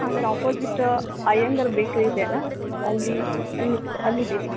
ಅದರ opposite Iyengar bakery ಇದೆ ಅಲ್ವ ಅಲ್ಲಿ ಅಲ್ಲಿ ನಿತ್ಕೊ ಅಲ್ಲಿದ್ದೀವಿ